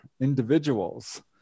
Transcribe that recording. individuals